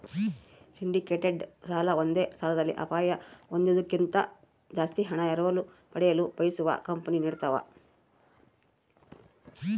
syndicated ಸಾಲ ಒಂದೇ ಸಾಲದಲ್ಲಿ ಅಪಾಯ ಹೊಂದೋದ್ಕಿಂತ ಜಾಸ್ತಿ ಹಣ ಎರವಲು ಪಡೆಯಲು ಬಯಸುವ ಕಂಪನಿ ನೀಡತವ